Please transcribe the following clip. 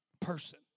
person